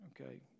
Okay